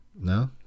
No